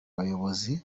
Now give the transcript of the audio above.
bayobozi